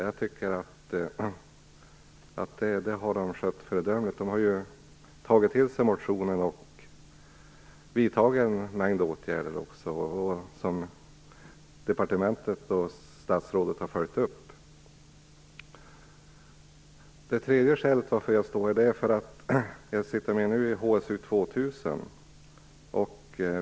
Jag tycker att utskottet skött det väl, tagit till sig motionsyrkandena och vidtagit en mängd åtgärder, som statsrådet och departementet följt upp. Det tredje skälet är att jag sitter med i HSU 2000.